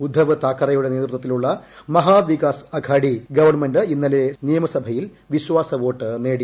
ഉദ്ദവ് താക്കറെയുടെ നേതൃത്വത്തിലുള്ള മഹാ വികാസ് അഘാഡി ഗവൺമെന്റ് ഇന്നലെ നിയമസഭയിൽ വിശ്വാസവോട്ട് നേടി